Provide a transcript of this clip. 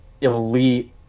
elite